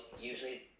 usually